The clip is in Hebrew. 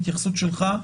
התייחסות שלך,